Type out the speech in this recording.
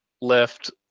left